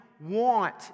want